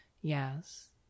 Yes